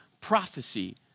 prophecy